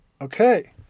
Okay